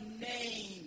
name